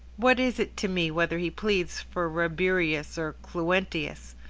what is it to me whether he pleads for rabirius or cluentius?